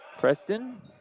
Preston